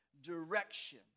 direction